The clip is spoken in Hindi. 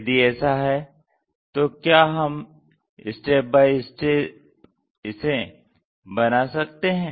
यदि ऐसा है तो क्या हम स्टेप बाय स्टेप इसे बना सकते हैं